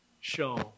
show